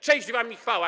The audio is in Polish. Cześć wam i chwała!